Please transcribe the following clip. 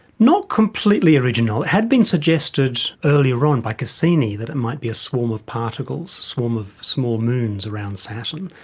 not completely original. it had been suggested earlier on by cassini that it might be a swarm of particles, a swarm of small moons around saturn,